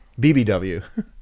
BBW